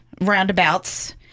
roundabouts